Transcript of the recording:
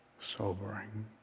sobering